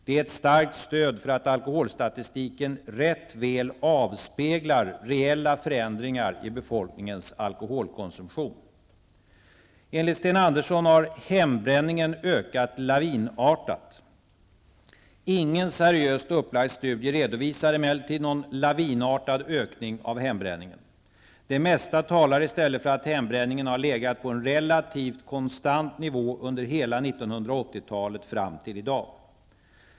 Det är ett starkt stöd för att alkoholstatistiken rätt väl avspeglar reella förändringar i befolkningens alkoholkonsumtion. Enligt Sten Andersson har hembränningen ökat lavinartat. Ingen seriöst upplagd studie redovisar emellertid någon lavinartad ökning av hembränningen. Det mesta talar i stället för att hembränningen har legat på en relativt konstant nivå under hela 1980-talet fram till i dag.